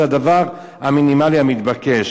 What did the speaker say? זה הדבר המינימלי המתבקש.